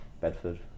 Bedford